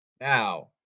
Now